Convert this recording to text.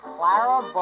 Clara